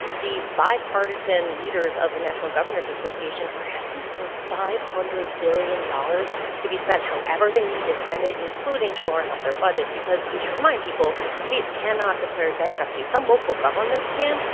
the bipartisan leaders of the national governors association are asking for five hundred billion dollars to be spent however they need to spend it, including shoring up their budgets, because we should remind people states cannot declare bankruptcy. some local governments can.